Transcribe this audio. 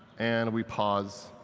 and we pause,